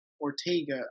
Ortega